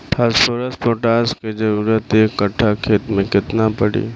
Phosphorus potash के जरूरत एक कट्ठा खेत मे केतना पड़ी?